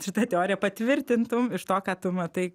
šita teorija patvirtintum iš to ką tu matai